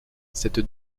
cette